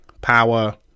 power